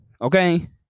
okay